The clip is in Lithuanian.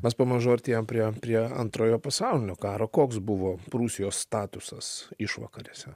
mes pamažu artėjam prie prie antrojo pasaulinio karo koks buvo prūsijos statusas išvakarėse